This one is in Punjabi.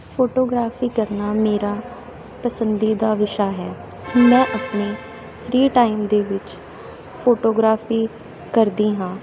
ਫੋਟੋਗ੍ਰਾਫੀ ਕਰਨਾ ਮੇਰਾ ਪਸੰਦੀਦਾ ਵਿਸ਼ਾ ਹੈ ਮੈਂ ਆਪਣੇ ਫਰੀ ਟਾਈਮ ਦੇ ਵਿੱਚ ਫੋਟੋਗ੍ਰਾਫੀ ਕਰਦੀ ਹਾਂ